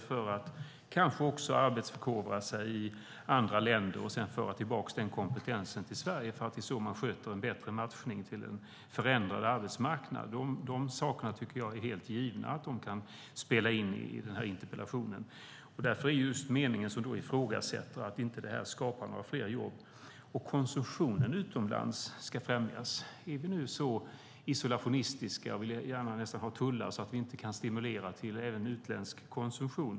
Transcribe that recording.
Det handlar kanske om att arbetsförkovra sig i andra länder och sedan föra tillbaka den kompetensen till Sverige, för att det är så man sköter en bättre matchning till en förändrad arbetsmarknad. De sakerna tycker jag att det är helt givet kan spela in i den här interpellationen. När det gäller just meningen som ifrågasätter att det här skapar fler jobb och att konsumtionen ska främjas är därför min fråga: Är vi nu så isolationistiska att vi nästan vill ha tullar så att vi inte kan stimulera även till utländsk konsumtion?